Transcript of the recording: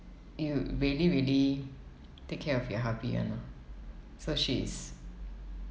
it will really really take care of your hubby [one] lah so she's